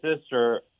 sister